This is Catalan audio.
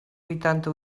huitanta